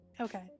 Okay